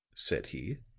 said he,